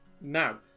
now